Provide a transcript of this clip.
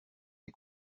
les